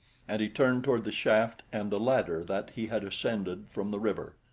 and he turned toward the shaft and the ladder that he had ascended from the river.